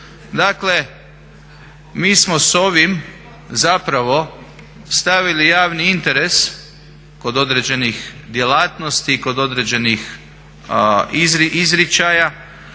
Dakle, mi smo s ovim stavili javni interes kod određenih djelatnosti i kod određenih izričaja